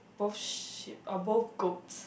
both sheep or both goat